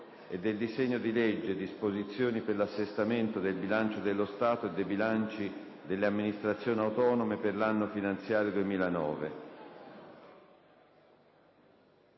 per i disegni di legge: "Disposizioni per l'assestamento del bilancio dello Stato e dei bilanci delle Amministrazioni autonome per l'anno finanziario 2009"